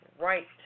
right